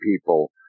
people